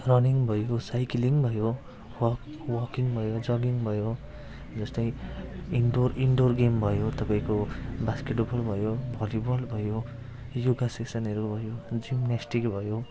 running भइगयो cycling भयो walk walking भयो जगिङ भयो जस्तै इन्डोर इन्डोर गेम भयो तपाईँको बास्केटबल भयो भलिबल भयो योग सेक्सनहरू भयो जिम्न्यास्टिकहरू भयो